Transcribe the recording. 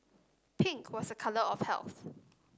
pink was a colour of health